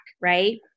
right